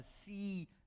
see